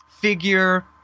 figure